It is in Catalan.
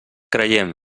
creiem